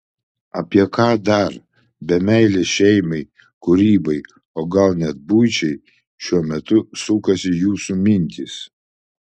apie ką dar be meilės šeimai kūrybai o gal net buičiai šiuo metu sukasi jūsų mintys